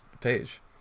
page